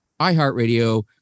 iHeartRadio